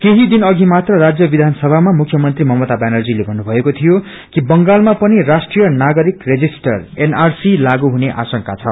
केही दिन अघि मात्र राज्य विधानसभामा मुख्यमन्त्री ममता ब्यानर्जीले भन्नुमएको थियो कि बंगालमा पनि राष्ट्रीय नागरिक रणिस्टर एनआरसी लागू हुने आशंका छ